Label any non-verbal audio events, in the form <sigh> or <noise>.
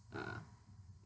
<noise>